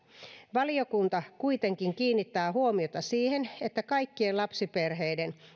valiokunta kiinnittää kuitenkin huomiota siihen että kaikkien lapsiperheiden